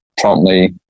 promptly